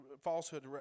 falsehood